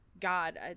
God